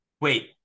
wait